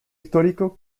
histórico